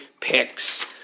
picks